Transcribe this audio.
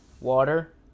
water